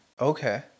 Okay